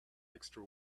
extra